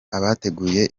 abateguye